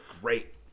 great